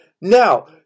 Now